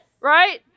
Right